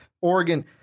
Oregon